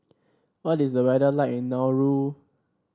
what is the weather like in Nauru